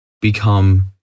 become